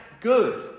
good